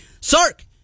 Sark